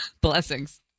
Blessings